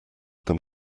them